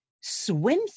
swim